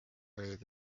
olid